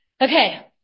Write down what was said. Okay